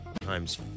times